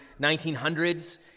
1900s